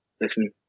listen